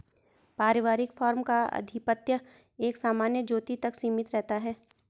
पारिवारिक फार्म का आधिपत्य एक सामान्य ज्योति तक सीमित रहता है